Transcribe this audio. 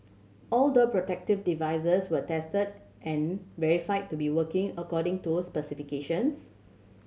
all door protective devices were tested and verified to be working according to specifications